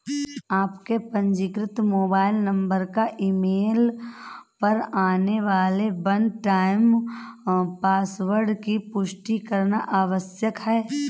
आपके पंजीकृत mobile number या ईमेल पर आने वाले वन टाइम पासवर्ड की पुष्टि करना आवश्यक है